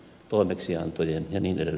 pohjalta